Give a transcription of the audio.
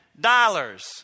dollars